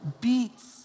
beats